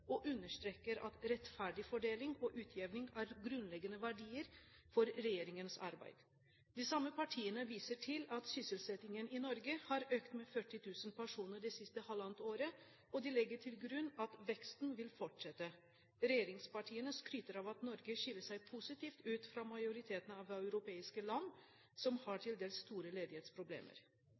og understreker at rettferdig fordeling og utjevning er grunnleggende verdier for regjeringens arbeid. De samme partiene viser til at sysselsettingen i Norge har økt med 40 000 personer det siste halvannet året, og de legger til grunn at veksten vil fortsette. Regjeringspartiene skryter av at Norge skiller seg positivt ut fra majoriteten av europeiske land, som har til dels store ledighetsproblemer.